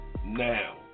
Now